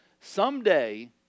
Someday